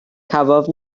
cafodd